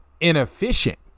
inefficient